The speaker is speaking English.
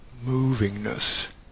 movingness